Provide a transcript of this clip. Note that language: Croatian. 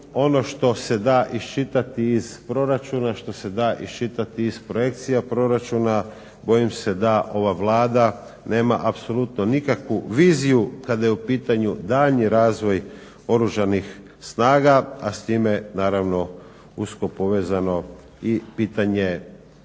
ono što se da iščitati iz proračuna, što se da iščitati iz projekcija proračuna bojim se da ova Vlada nema apsolutno nikakvu viziju kada je u pitanju daljnji razvoj Oružanih snaga, a s time naravno usko povezano i pitanje